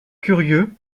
curieux